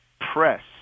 Press